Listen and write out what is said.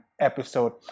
episode